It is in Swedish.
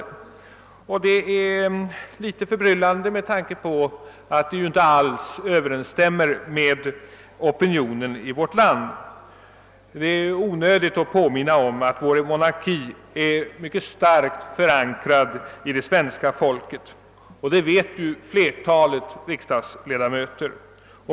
Detta är som sagt litet förbryllande med tanke på att utskottets inställning därvidlag inte alls överensstämmer med opionen i vårt land. Det torde vara onödigt att påminna om att vår monarki är mycket starkt förankrad hos svenska folket. Det vet också flertalet riksdagsledamöter.